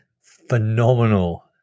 phenomenal